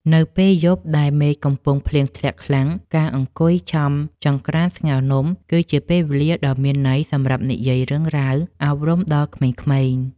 នៅពេលយប់ដែលមេឃកំពុងភ្លៀងធ្លាក់ខ្លាំងការអង្គុយចាំចង្ក្រានស្ងោរនំគឺជាពេលវេលាដ៏មានន័យសម្រាប់និយាយរឿងរ៉ាវអប់រំដល់ក្មេងៗ។